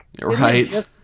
Right